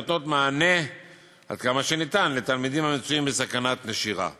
הנותנות מענה עד כמה שניתן לתלמידים המצויים בסכנת נשירה.